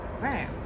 right